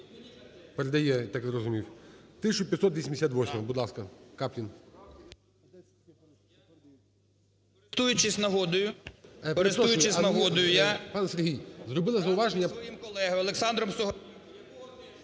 Передає, я так зрозумів. 1588-а. Будь ласка, Каплін.